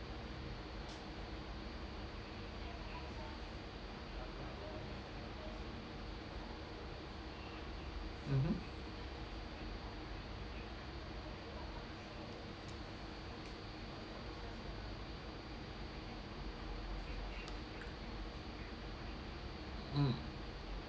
mmhmm mm